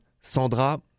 Sandra